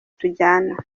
tujyana